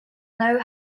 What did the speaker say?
know